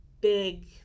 big